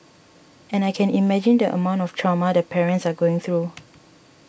and I can imagine the amount of trauma the parents are going through